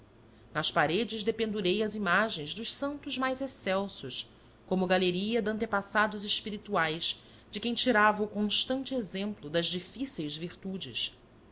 nas paredes dependurei as imagens dos santos mais excelsos como galeria de antepassados espirituais de quem tirava o constante exemplo nas difíceis virtudes